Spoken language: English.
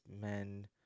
men